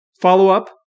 Follow-up